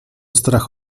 strach